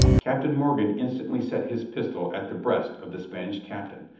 captain morgan instantly set his pistol at the breast of the spanish captain,